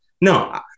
No